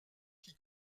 qui